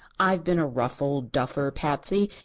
i've been a rough old duffer, patsy,